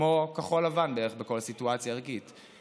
כמו כחול לבן בערך בכל סיטואציה ערכית.